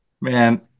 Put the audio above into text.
Man